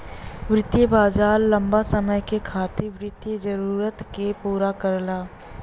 वित्तीय बाजार लम्बा समय के खातिर वित्तीय जरूरत के पूरा करला